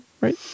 Right